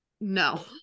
no